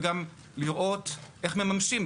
וגם לראות איך מממשים,